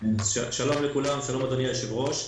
שלום לכולם, שלום אדוני היושב-ראש,